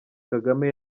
kagame